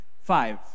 five